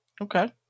Okay